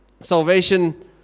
Salvation